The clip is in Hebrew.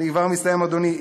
אני כבר מסיים, אדוני.